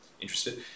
interested